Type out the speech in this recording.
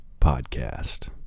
Podcast